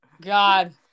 God